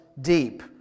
deep